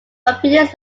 opinions